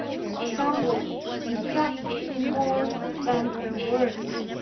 her example instructed me more than her words.